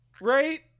Right